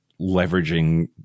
leveraging